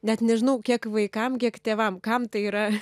net nežinau kiek vaikam tiek tėvam kam tai yra